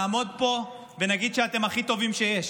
נעמוד פה ונגיד שאתם הכי טובים שיש: